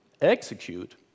execute